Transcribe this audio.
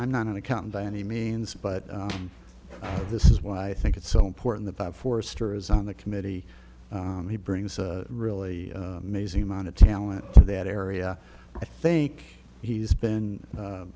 i'm not an accountant by any means but this is why i think it's so important that forster is on the committee he brings a really amazing amount of talent to that area i think he's been